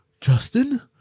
Justin